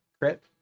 Crit